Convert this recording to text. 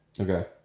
Okay